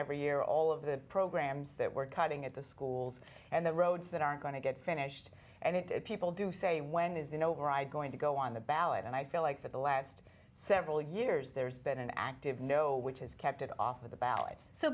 every year all of the programs that we're cutting at the schools and the roads that aren't going to get finished and it people do say when is the nowhere i going to go on the ballot and i feel like for the last several years there's been an active no which has kept it off the ballot so